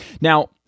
Now